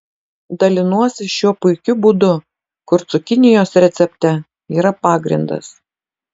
dalinuosi šiuo puikiu būdu kur cukinijos recepte yra pagrindas